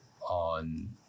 on